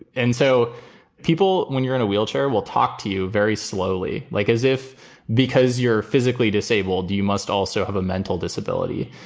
and so people, when you're in a wheelchair, will talk to you very slowly, like as if because you're physically disabled, you you must also have a mental disability.